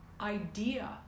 idea